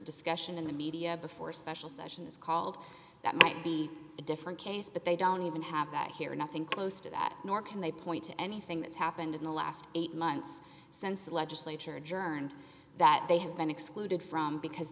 discussion in the media before a special session is called that might be a different case but they don't even have that here or nothing close to that nor can they point to anything that's happened in the last eight months since the legislature adjourned that they have been excluded from because